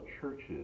churches